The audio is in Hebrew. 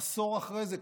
עשור אחרי זה,